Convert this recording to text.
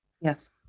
Yes